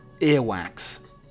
earwax